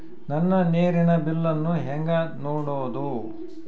ನನ್ನ ನೇರಿನ ಬಿಲ್ಲನ್ನು ಹೆಂಗ ನೋಡದು?